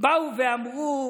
באו ואמרו: